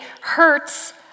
hurts